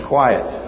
Quiet